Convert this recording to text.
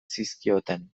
zizkioten